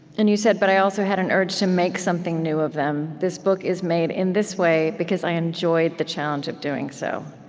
and you said, but i also had an urge to make something new of them. this book is made in this way, because i enjoyed the challenge of doing so.